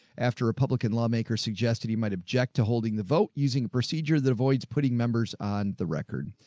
after republican lawmakers suggested he might object to holding the vote using a procedure that avoids putting members on the record.